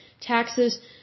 taxes